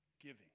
giving